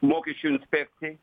mokesčių inspekcijai